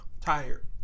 Tired